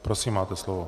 Prosím, máte slovo.